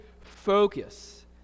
focus